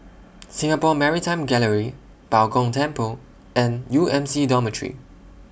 Singapore Maritime Gallery Bao Gong Temple and U M C Dormitory